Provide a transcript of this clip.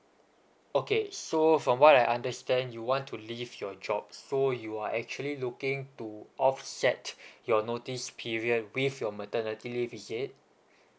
okay so from what I understand you want to leave your jobs so you are actually looking to offset your notice period with your maternity leave is it